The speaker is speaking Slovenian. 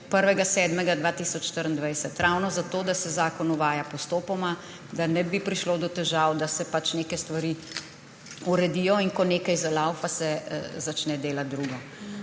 1. 7. 2024, in to ravno zato, da se zakon uvaja postopoma, da ne bi prišlo do težav, da se neke stvari uredijo, in ko nekaj zalaufa, se začne delati drugo.